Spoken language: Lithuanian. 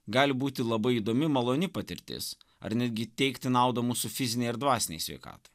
gali būti labai įdomi maloni patirtis ar netgi teikti naudą mūsų fizinei ir dvasinei sveikatai